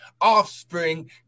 offspring